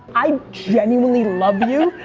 i genuinely love you.